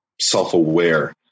self-aware